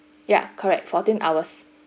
ya correct fourteen hours